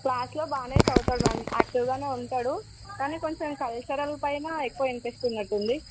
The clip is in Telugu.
క్లాస్లో బాగానే చదువుతాడు మ్యామ్ యాక్టీవ్గానే ఉంటాడు కానీ కొంచెం కల్చరల్ పైన ఎక్కువ ఇంట్రస్ట్ ఉన్నట్టుంది